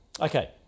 Okay